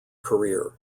career